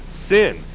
sin